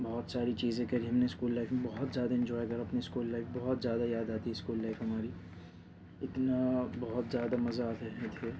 بہت ساری چیزیں کری ہم نے اسکول لائف میں بہت زیادہ انجوائے کرا اپنے اسکول لائف بہت زیادہ یاد آتی اسکول لائف ہماری اتنا بہت زیادہ مزا آتا ہے مجھے